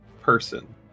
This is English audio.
Person